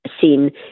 seen